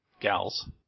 Gals